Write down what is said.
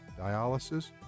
dialysis